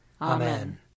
Amen